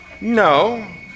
No